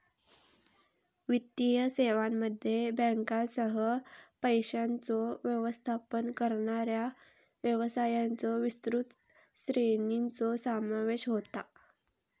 वित्तीय सेवांमध्ये बँकांसह, पैशांचो व्यवस्थापन करणाऱ्या व्यवसायांच्यो विस्तृत श्रेणीचो समावेश होता